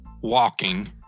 Walking